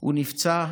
הוא נפצע.